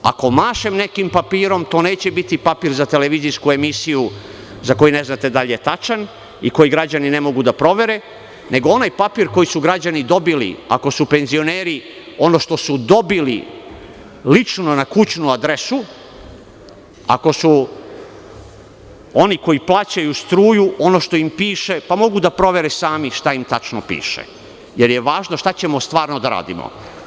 Ako mašem nekim papirom, to neće biti papir za televizijsku emisiju za koji ne znate da li je tačan i koji građani ne mogu da provere, nego onaj papir koji su građani dobili, ako su penzioneri, ono što su dobili lično na kućnu adresu, ako su oni koji plaćaju struju, ono što im piše, pa mogu da provere sami šta im tačno piše, jer je važno šta ćemo stvarno da radimo.